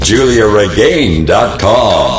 JuliaRegain.com